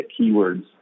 keywords